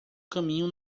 caminho